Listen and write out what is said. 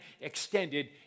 extended